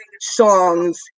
songs